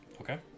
Okay